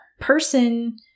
person